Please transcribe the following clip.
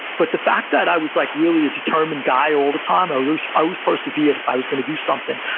but the fact that i was like really a determined guy all the time, ah i always persevered if i was going to do something,